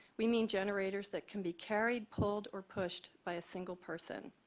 we mean generators that can be carried, pulled or pushed by a single person.